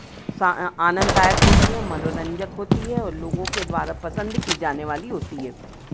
आनंददायक होती है मनोरंजक होती है और लोगों के द्वारा पसंद की जाने वाली होती है